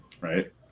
right